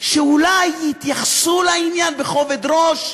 שאולי יתייחסו לעניין בכובד ראש?